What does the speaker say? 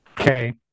Okay